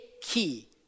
key